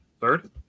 third